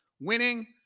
winning